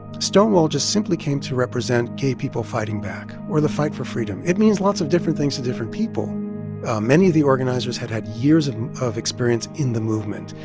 stonewall just simply came to represent gay people fighting back or the fight for freedom. it means lots of different things to different people many of the organizers had had years and of experience in the movement.